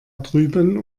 drüben